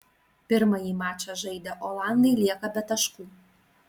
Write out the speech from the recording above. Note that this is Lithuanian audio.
pirmąjį mačą žaidę olandai lieka be taškų